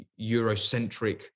Eurocentric